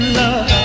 love